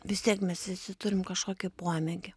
vis tiek mes visi turim kažkokį pomėgį